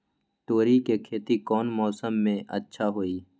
तोड़ी के खेती कौन मौसम में अच्छा होई?